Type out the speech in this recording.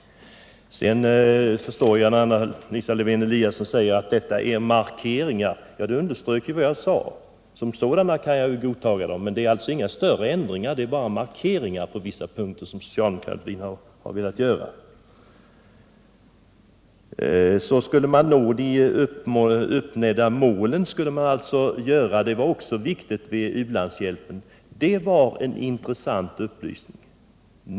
Sedan förstår jag när Anna Lisa Lewén-Eliasson talar om socialdemokratiska markeringar. Det understryker vad jag sade. Som markeringar kan jag godta förslagen, men de innebär inga större ändringar. De är just markeringar på vissa punkter som socialdemokratin har velat göra. Det är viktigt att nå de uppsatta målen för u-landshjälpen, sade Anna Lisa Lewén-Eliasson. Det var en intressant upplysning.